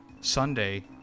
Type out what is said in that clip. Sunday